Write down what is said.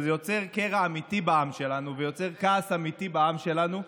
וזה יוצר קרע אמיתי בעם שלנו ויוצר כעס אמיתי בעם שלנו.